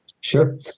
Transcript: Sure